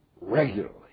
regularly